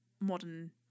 modern